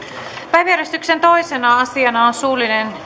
päiväjärjestyksen toisena asiana on suullinen